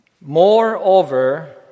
Moreover